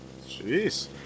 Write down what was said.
Jeez